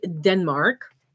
Denmark